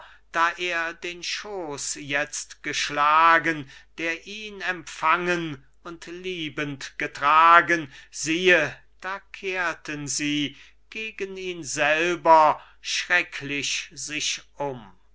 da er den schooß jetzt geschlagen der ihn empfangen und liebend getragen siehe da kehrten sie gegen ihn selber schrecklich sich um und